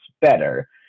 better